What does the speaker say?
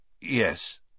Yes